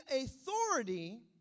authority